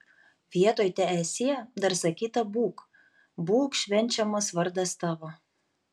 vietoj teesie dar sakyta būk būk švenčiamas vardas tavo